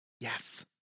yes